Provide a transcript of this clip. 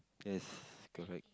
yes correct